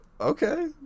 Okay